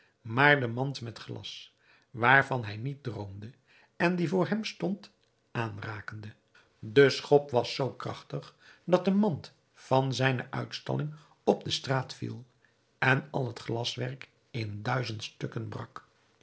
maar de mand met glas waarvan hij niet droomde en die voor hem stond aanrakende de schop was zoo krachtig dat de mand van zijne uitstalling op de straat viel en al het glaswerk in duizend stukken brak